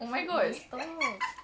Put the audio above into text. oh my god stop